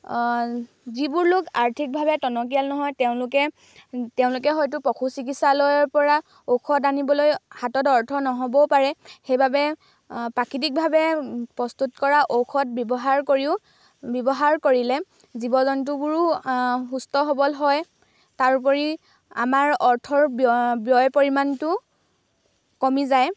যিবোৰ লোক আৰ্থিকভাৱে টনকিয়াল নহয় তেওঁলোকে তেওঁলোকে হয়তো পশু চিকিৎসালয়ৰ পৰা ঔষধ আনিবলৈ হাতত অৰ্থ নহ'বও পাৰে সেইবাবে প্ৰাকৃতিকভাৱে প্ৰস্তুত কৰা ঔষধ ব্যৱহাৰ কৰিও ব্যৱহাৰ কৰিলে জীৱ জন্তুবোৰো সুস্থ সৱল হয় তাৰোপৰি আমাৰ অৰ্থৰ ব্যয় ব্যয়ৰ পৰিমাণটো কমি যায়